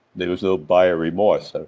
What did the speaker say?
there was no buyer remorse, so